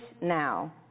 now